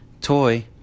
toy